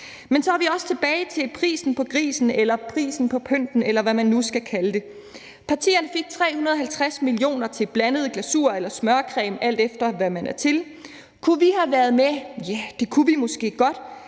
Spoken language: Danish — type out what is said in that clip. Men så er vi også tilbage til prisen på grisen eller prisen på pynten, eller hvad man nu skal kalde det. Partierne fik 350 mio. kr. til blandet glasur eller smørcreme, alt efter hvad man er til. Kunne vi have været med? Ja, det kunne vi måske godt.